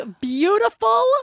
beautiful